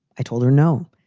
i told her no.